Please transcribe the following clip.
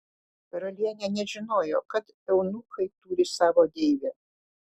karalienė nežinojo kad eunuchai turi savo deivę